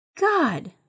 God